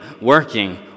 working